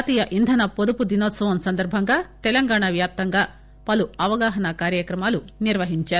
జాతీయ ఇంధన పొదుపు దినోత్పవం సందర్బంగా తెలంగాణ వ్యాప్తంగా పలు అవగాహన కార్యక్రమాలు నిర్వహించారు